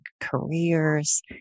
careers